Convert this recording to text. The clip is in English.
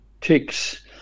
ticks